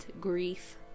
grief